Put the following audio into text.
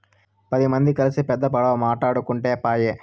పది మంది కల్సి పెద్ద పడవ మాటాడుకుంటే పాయె